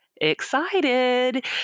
excited